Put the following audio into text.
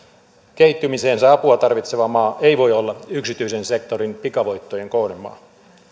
kehittymiseensä apua tarvitseva maa ei voi olla yksityisen sektorin pikavoittojen kohdemaa